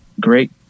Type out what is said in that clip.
Great